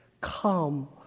come